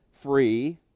free